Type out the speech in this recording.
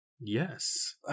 Yes